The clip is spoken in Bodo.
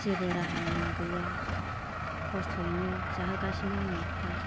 जेबो राहा लामा गैया खस्थ'यैनो जाहोगासिनो आङो दा